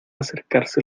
acercarse